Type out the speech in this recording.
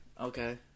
Okay